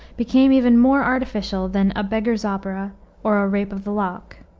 became even more artificial than a beggar's opera or a rape of the lock.